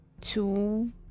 Two